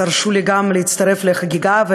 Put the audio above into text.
אז הרשו לי גם להצטרף לחגיגה.